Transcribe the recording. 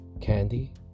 candy